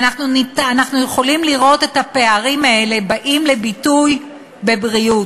ואנחנו יכולים לראות את הפערים האלה באים לידי ביטוי בבריאות.